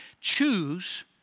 choose